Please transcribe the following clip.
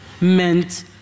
meant